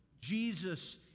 Jesus